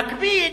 במקביל,